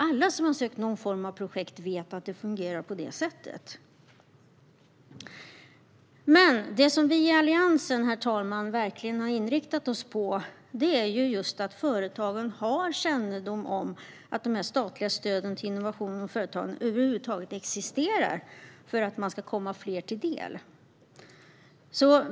Alla som har sökt medel för någon form av projekt vet att det fungerar så. Vi i Alliansen har särskilt riktat in oss på att företagen ska ha kännedom om att de statliga företagsstöden för innovation över huvud taget existerar, så att stöden kan komma fler till del.